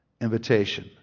invitation